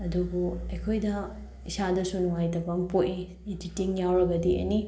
ꯑꯗꯨꯕꯨ ꯑꯩꯈꯣꯏꯗ ꯏꯁꯥꯗꯁꯨ ꯅꯨꯡꯉꯥꯏꯇꯕ ꯑꯃ ꯄꯣꯛꯏ ꯏꯗꯤꯇꯤꯡ ꯌꯥꯎꯔꯒꯗꯤ ꯑꯦꯅꯤ